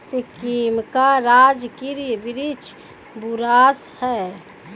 सिक्किम का राजकीय वृक्ष बुरांश है